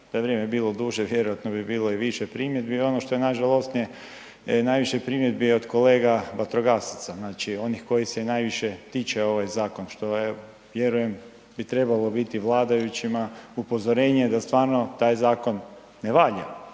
da je vrijeme bilo duže vjerojatno bi bilo i više primjedbi. Ono što je najžalosnije, najviše primjedbi je od kolega vatrogasaca, znači onih kojih se i najviše tiče ovaj zakon, što je, vjerujem bi trebalo biti vladajućima upozorenje da stvarno taj zakon ne valja